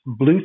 Bluetooth